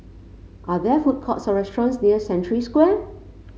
are there food courts or restaurants near Century Square